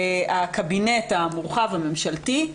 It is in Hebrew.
הקבינט המורחב הממשלתי,